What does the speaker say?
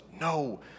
No